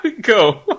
Go